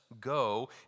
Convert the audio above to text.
go